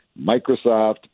Microsoft